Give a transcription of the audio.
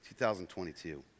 2022